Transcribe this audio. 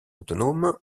autonome